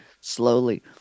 slowly